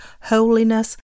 holiness